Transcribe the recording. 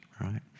right